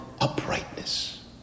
uprightness